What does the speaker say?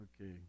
Okay